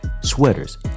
sweaters